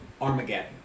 Armageddon